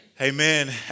Amen